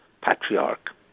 Patriarch